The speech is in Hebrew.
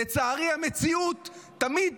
לצערי, המציאות תמיד